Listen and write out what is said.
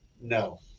no